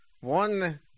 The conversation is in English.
one